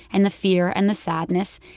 and the fear, and the sadness,